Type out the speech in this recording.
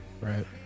Right